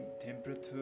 temperature